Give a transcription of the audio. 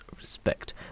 respect